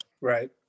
Right